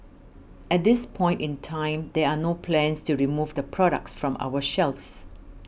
at this point in time there are no plans to remove the products from our shelves